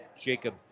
Jacob